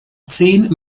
zehn